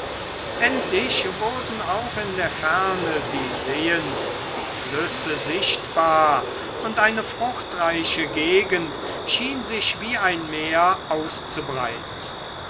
endlich wurden auch in der ferne die seen die flüsse sichtbar und eine fruchtreiche gegend schien sich wie ein meer auszubreiten